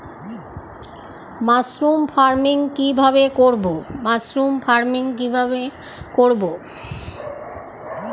Mushroom farming কি ভাবে করব?